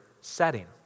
setting